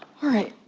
alright,